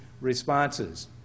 responses